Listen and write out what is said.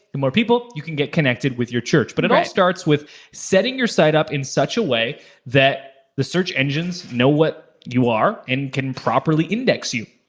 the more people you can get connected with your church. but it starts with setting your site up in such a way that the search engines know what you are and can properly index you.